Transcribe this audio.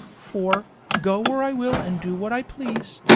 for, go where i will and do what i please,